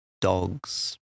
dogs